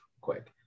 quick